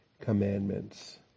commandments